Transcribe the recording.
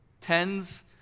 tens